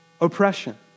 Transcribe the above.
oppression